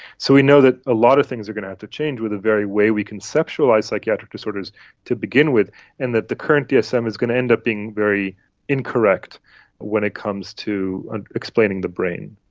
so we know that a lot of things are going to have to change with the very way we conceptualise psychiatric disorders to begin with and that the current dsm is going to end up being very incorrect when it comes to ah explaining the brain.